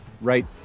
right –